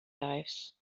lives